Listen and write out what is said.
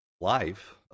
life